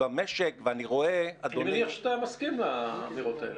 במשק --- אני מניח שאתה מסכים לאמירות האלה,